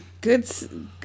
good